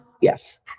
yes